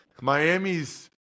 Miami's